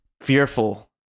fearful